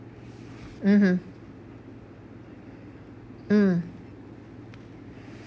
mmhmm mm